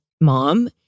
mom